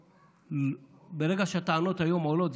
ברגע שהטענות היום עולות,